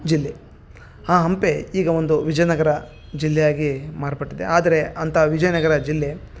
ಜಿಲ್ಲೆ ಆ ಹಂಪೆ ಈಗ ಒಂದು ವಿಜಯನಗರ ಜಿಲ್ಲೆಯಾಗಿ ಮಾರ್ಪಟ್ಟಿದೆ ಆದರೆ ಅಂಥ ವಿಜಯನಗರ ಜಿಲ್ಲೆ